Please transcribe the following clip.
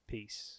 Peace